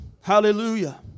Hallelujah